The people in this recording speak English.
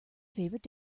favorite